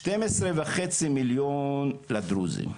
שתיים עשרה וחצי מיליון לדרוזים,